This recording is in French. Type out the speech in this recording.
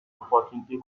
opportunités